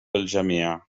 الجميع